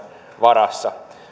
varassa